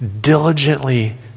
diligently